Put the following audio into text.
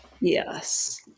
Yes